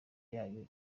yayo